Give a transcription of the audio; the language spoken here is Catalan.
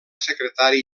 secretari